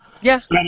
Yes